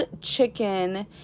chicken